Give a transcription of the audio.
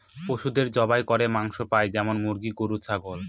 পশুদের জবাই করে মাংস পাই যেমন মুরগি, গরু, ছাগল